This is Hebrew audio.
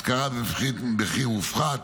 השכרה במחיר מופחת,